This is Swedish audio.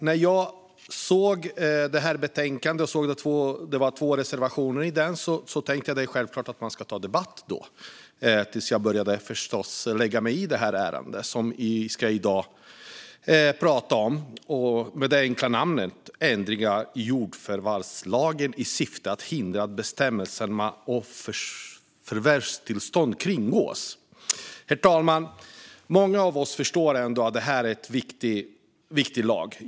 När jag såg det här betänkandet och att det fanns en reservation i det tänkte jag att det självklart skulle bli debatt, tills jag började sätta mig in i ärendet med det enkla namnet Ändringar i jordförvärvslagen i syfte att hindra att bestämmelserna om förvärvstillstånd kringgås . Herr talman! Många av oss förstår ändå att det här är en viktig lag.